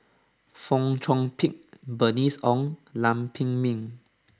Fong Chong Pik Bernice Ong and Lam Pin Min